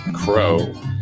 Crow